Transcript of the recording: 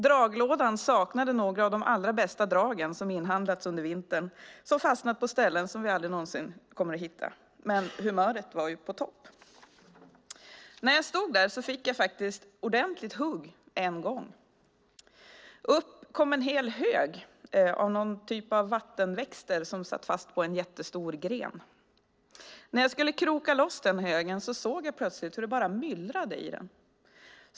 Draglådan saknade några av de allra bästa dragen som inhandlats under vintern. De hade fastnat på ställen som vi aldrig någonsin kommer att hitta, men humöret var på topp. När jag stod där fick jag faktiskt ett ordentligt hugg en gång. Upp kom en hel hög av någon typ av vattenväxter som satt fast på en jättestor gren. När jag skulle kroka loss den högen såg jag plötsligt hur det myllrade i den.